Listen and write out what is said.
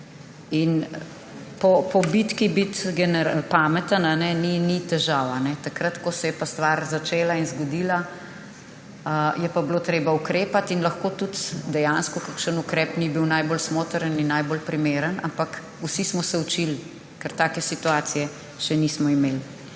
Po bitki biti pameten ni težava. Takrat ko se je stvar začela in zgodila, je pa bilo treba ukrepati in lahko tudi, da dejansko kakšen ukrep ni bil najbolj smotrn in najbolj primeren, ampak vsi smo se učili, ker take situacije še nismo imeli.